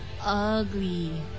ugly